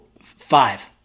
five